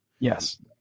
Yes